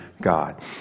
God